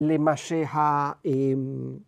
למה שה...